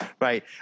Right